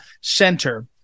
Center